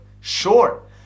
Sure